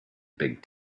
big